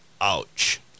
Ouch